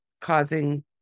causing